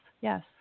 Yes